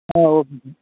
ஆ ஓகேக்கா